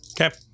okay